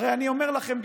הרי אני אומר לכם,